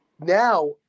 Now